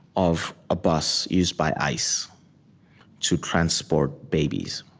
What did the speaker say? of a bus used by ice to transport babies.